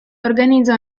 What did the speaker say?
organizza